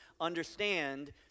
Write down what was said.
understand